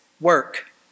work